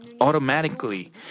automatically